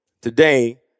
Today